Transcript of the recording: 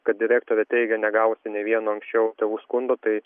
kad direktorė teigia negavusi nė vieno anksčiau tėvų skundo tai